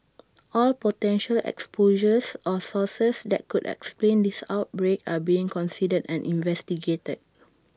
all potential exposures or sources that could explain this outbreak are being considered and investigated